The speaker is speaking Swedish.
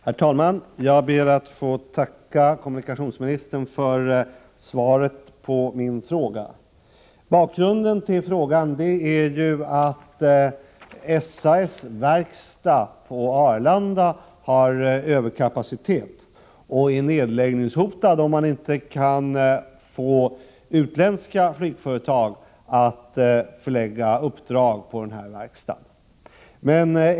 Herr talman! Jag ber att få tacka kommunikationsministern för svaret på min fråga. Bakgrunden till frågan är att SAS-verkstaden på Arlanda har överkapacitet och är nedläggningshotad, om man inte kan få utländska flygföretag att förlägga uppdrag till verkstaden.